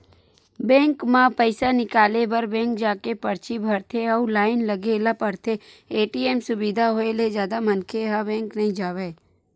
bank म पइसा निकाले बर बेंक जाके परची भरथे अउ लाइन लगे ल परथे, ए.टी.एम सुबिधा होय ले जादा मनखे ह बेंक नइ जावय